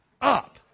up